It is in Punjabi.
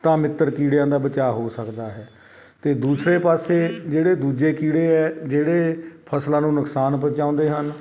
ਤਾਂ ਮਿੱਤਰ ਕੀੜਿਆਂ ਦਾ ਬਚਾਅ ਹੋ ਸਕਦਾ ਹੈ ਅਤੇ ਦੂਸਰੇ ਪਾਸੇ ਜਿਹੜੇ ਦੂਜੇ ਕੀੜੇ ਹੈ ਜਿਹੜੇ ਫਸਲਾਂ ਨੂੰ ਨੁਕਸਾਨ ਪਹੁੰਚਾਉਂਦੇ ਹਨ